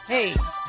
Hey